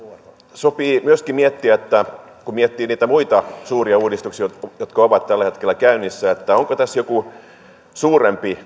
sopii myöskin miettiä kun miettii niitä muita suuria uudistuksia jotka ovat tällä hetkellä käynnissä onko tässä jokin suurempi